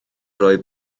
roi